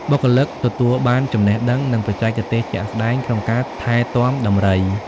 បុគ្គលិកទទួលបានចំណេះដឹង និងបច្ចេកទេសជាក់ស្តែងក្នុងការថែទាំដំរី។